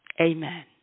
Amen